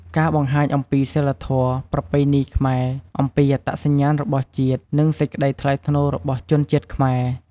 ការបង្ហាញអំពីសីលធម៌ ប្រពៃណីខ្មែរ អំពីអត្តសញ្ញាណរបស់ជាតិ និង សេចក្តីថ្លៃថ្នូររបស់ជនជាតិខ្មែរ ។